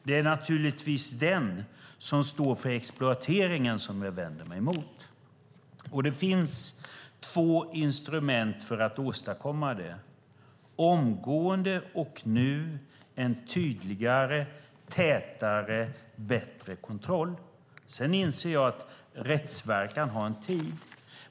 Det är naturligtvis den som står för exploateringen som jag vänder mig mot. Det finns två instrument för att åtgärda det omgående och nu, nämligen genom en tydligare, tätare och bättre kontroll. Sedan inser jag att rättsverkan tar tid.